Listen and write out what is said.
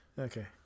okay